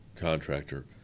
contractor